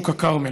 בשוק הכרמל.